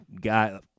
guy